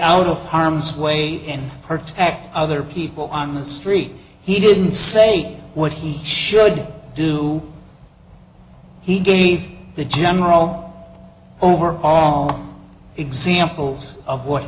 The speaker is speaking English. out of harm's way and protect other people on the street he didn't say what he should do he gave the general over all examples of what